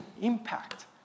impact